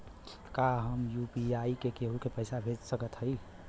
का हम यू.पी.आई से केहू के पैसा भेज सकत हई?